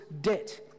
debt